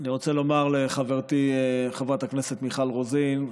אני רוצה לומר לחברתי חברת הכנסת מיכל רוזין,